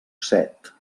set